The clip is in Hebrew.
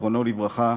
זיכרונו לברכה,